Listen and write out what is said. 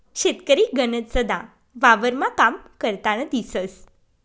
शेतकरी गनचदा वावरमा काम करतान दिसंस